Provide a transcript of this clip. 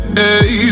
hey